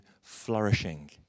flourishing